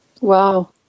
Wow